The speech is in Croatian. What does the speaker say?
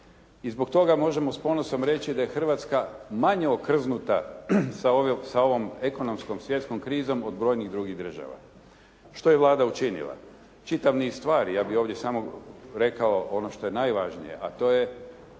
i zbog toga možemo s ponosom reći da je Hrvatska manje okrznuta sa ovom ekonomskom svjetskom krizom od brojnih drugih država. Što je Vlada učinila? Čitav niz stvari, ja bih ovdje samo rekao ono što je najvažnije, a to je